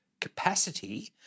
capacity